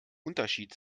unterschied